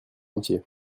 entier